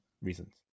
reasons